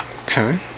Okay